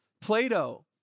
Plato